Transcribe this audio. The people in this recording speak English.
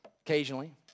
occasionally